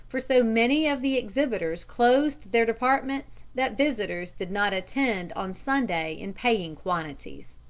for so many of the exhibitors closed their departments that visitors did not attend on sunday in paying quantities.